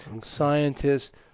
scientists